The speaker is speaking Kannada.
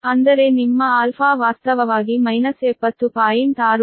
ಅಂದರೆ ನಿಮ್ಮ α ವಾಸ್ತವವಾಗಿ ಮೈನಸ್ 70